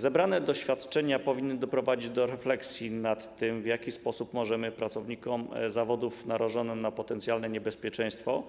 Zebrane doświadczenia powinny doprowadzić do refleksji nad tym, w jaki sposób możemy pracownikom zawodów narażonych na potencjalne niebezpieczeństwo,